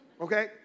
okay